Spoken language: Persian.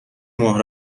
ماه